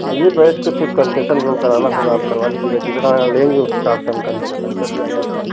आइए बैठ कर फिर कंसेसन जो कराना होगा आप करवा लीजिएगा जितना लेंगी उस हिसाब से हम कंसेसन कर देंगे आपका